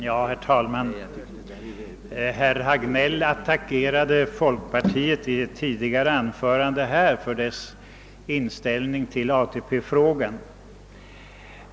Herr talman! Herr Hagnell attackerade folkpartiet i ett tidigare anförande på grund av dess inställning i ATP frågan.